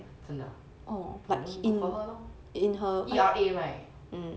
真的啊 then good for her lor E_R_A right